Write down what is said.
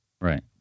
right